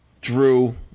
Drew